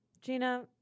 Gina